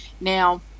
now